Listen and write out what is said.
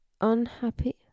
unhappy